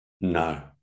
No